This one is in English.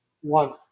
one